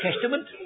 Testament